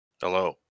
Hello